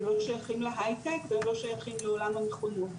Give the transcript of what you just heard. הם לא שייכים להיי טק והם לא שייכים לעולם המכונות.